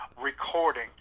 recording